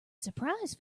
surprise